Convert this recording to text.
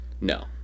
No